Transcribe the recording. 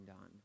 on